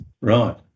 Right